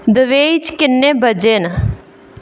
Dubai च किन्ने बजे न